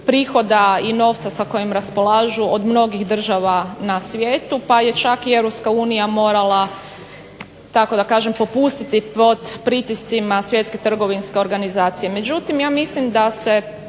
prihoda i novca sa kojim raspolažu od mnogih država na svijetu pa je čak i EU morala tako da kažem popustiti pod pritiscima WTO-a. Međutim, ja mislim da se